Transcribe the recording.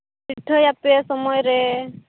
ᱯᱤᱴᱷᱟᱹᱭᱟᱯᱮ ᱥᱚᱢᱚᱭ ᱨᱮ